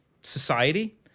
society